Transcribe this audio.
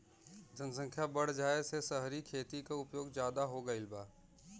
जनसख्या बढ़ जाये से सहरी खेती क उपयोग जादा हो गईल बा